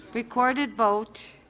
recorded vote.